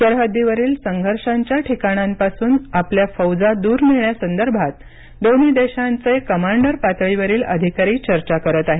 सरहद्दीवरील संघर्षांच्या ठिकाणांपासून आपल्या फौजा दूर नेण्यासंदर्भात दोन्ही देशांचे कमांडर पातळीवरील अधिकारी चर्चा करत आहेत